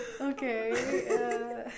Okay